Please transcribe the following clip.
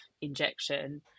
injection